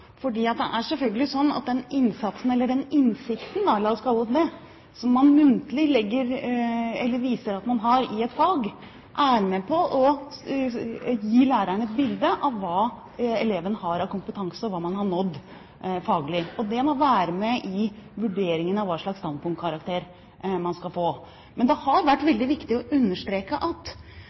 det er selvfølgelig sånn at den innsatsen, eller den innsikten – la oss kalle det det – som man muntlig viser at man har i et fag, er med på å gi læreren et bilde av hva eleven har av kompetanse, og hva man har nådd faglig. Det må være med i vurderingen av hva slags standpunktkarakter man skal få. Men det har vært veldig viktig å understreke at